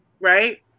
right